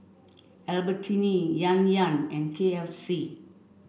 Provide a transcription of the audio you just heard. Albertini Yan Yan and K F C